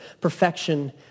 perfection